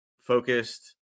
focused